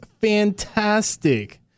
fantastic